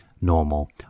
normal